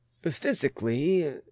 Physically